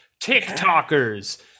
TikTokers